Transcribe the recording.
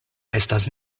estas